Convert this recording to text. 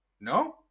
no